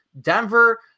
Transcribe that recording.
Denver